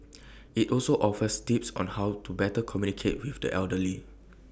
IT also offers tips on how to better communicate with the elderly